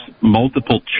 multiple